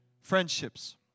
friendships